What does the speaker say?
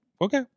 okay